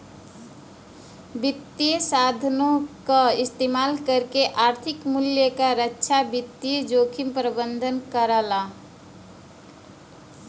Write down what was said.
वित्तीय साधनों क इस्तेमाल करके आर्थिक मूल्य क रक्षा वित्तीय जोखिम प्रबंधन करला